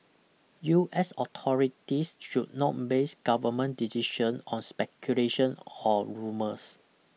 U S authorities should not base government decision on speculation or rumours